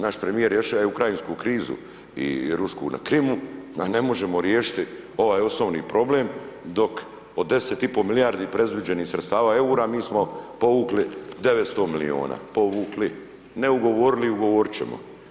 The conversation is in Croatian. Naš premjer je riješio ukrajinsku krizu i rusku na Krimu, a ne možemo riješiti ovaj osobni problem, dok od 10,5 milijardi predviđenih sredstava eura, mi smo povukli 900 milijuna, povukli, ne ugovorili, ugovoriti ćemo.